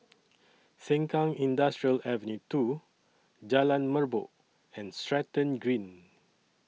Sengkang Industrial Ave two Jalan Merbok and Stratton Green